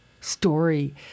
story